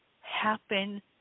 happen